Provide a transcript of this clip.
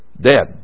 dead